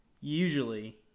usually